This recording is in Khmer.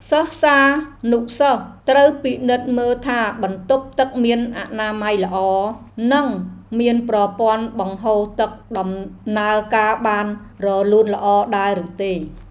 សិស្សានុសិស្សត្រូវពិនិត្យមើលថាបន្ទប់ទឹកមានអនាម័យល្អ និងមានប្រព័ន្ធបង្ហូរទឹកដំណើរការបានរលូនល្អដែរឬទេ។